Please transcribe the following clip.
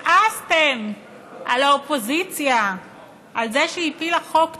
וכעסתם על האופוזיציה על זה שהיא הפילה חוק טוב,